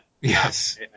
Yes